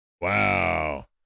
Wow